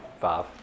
Five